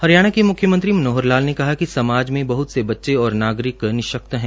हरियाणा के मुख्यमंत्री मनोहर लाल ने कहा कि समाज में बहुत से बच्चे और नागरिक निशक्त हैं